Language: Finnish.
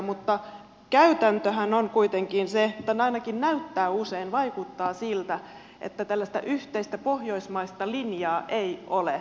mutta käytäntöhän on kuitenkin se tai ainakin vaikuttaa usein siltä että tällaista yhteistä pohjoismaista linjaa ei ole